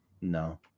No